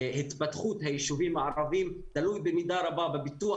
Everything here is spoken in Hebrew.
התפתחות היישובים הערביים תלוי במידה רבה בפיתוח